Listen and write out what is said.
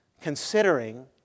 considering